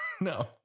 no